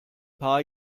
paar